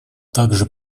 также